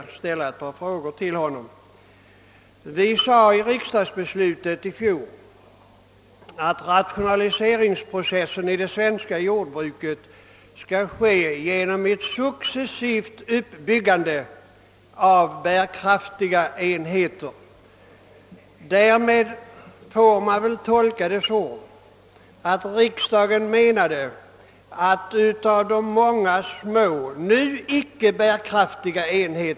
Herr talman! Som herr Persson i Skänninge själv sade är tillämpningsbestämmelserna ännu endast provisoriska och skall ses över i höst. Detta lär kunna tolkas så, att man i lantbruksstyrelsen inte är alldeles övertygad om att tillämpningsbestämmelserna = slutgiltigt bör vara som de utformats nu. Jag skall fatta mig mycket kort med hänsyn till att denna remissdebatt redan varat tillräckligt länge. Men eftersom herr Persson i Skänninge direkt har apostroferat mig, kan jag inte låta bli att ställa ett par frågor till honom.